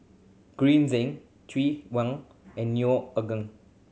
Green Zeng Chew wen and Neo Anngee